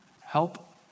Help